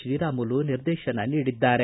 ಶ್ರೀರಾಮುಲು ನಿರ್ದೇಶನ ನೀಡಿದ್ದಾರೆ